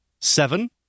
Seven